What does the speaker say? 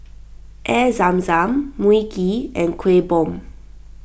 Air Zam Zam Mui Kee and Kueh Bom